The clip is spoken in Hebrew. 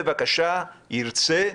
בבקשה, ירצה,